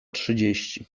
trzydzieści